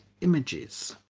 Images